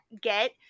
get